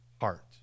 heart